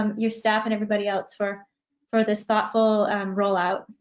um your staff and everybody else, for for this thoughtful rollout.